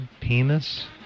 penis